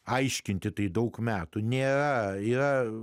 aiškinti tai daug metų ne jie